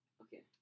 okay